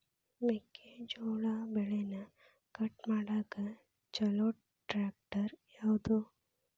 ಮೆಕ್ಕೆ ಜೋಳ ಬೆಳಿನ ಕಟ್ ಮಾಡಾಕ್ ಛಲೋ ಟ್ರ್ಯಾಕ್ಟರ್ ಯಾವ್ದು?